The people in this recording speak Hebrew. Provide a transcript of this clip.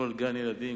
כל גן-ילדים,